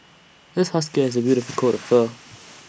this husky has A beautiful coat of fur